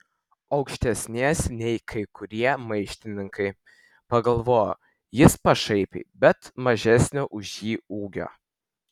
aukštesnės nei kai kurie maištininkai pagalvojo jis pašaipiai bet mažesnio už jį ūgio